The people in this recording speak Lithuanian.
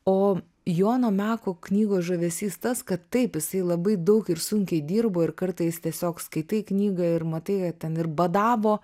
o jono meko knygos žavesys tas kad taip jisai labai daug ir sunkiai dirbo ir kartais tiesiog skaitai knygą ir matai ten ir badavo